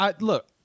Look